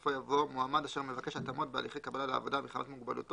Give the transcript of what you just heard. בסופו יבוא: "מועמד אשר מבקש התאמות בהליכי קבלה לעבודה מחמת מוגבלותו